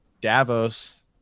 Davos